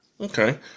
Okay